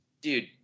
Dude